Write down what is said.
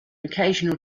occasional